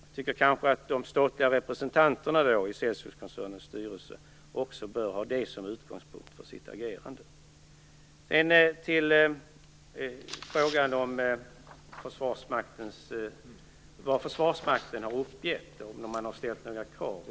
Jag tycker kanske att de statliga representanterna i Celsiuskoncernens styrelse också bör ha det som utgångspunkt för sitt agerande. Sedan till frågan om vad Försvarsmakten har uppgett och om man har ställt några krav.